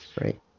Right